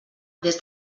des